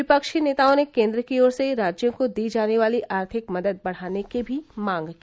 विपक्षी नेताओं ने केंद्र की ओर से राज्यों को दी जाने वाली आर्थिक मदद बढ़ाने की भी मांग की